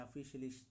officially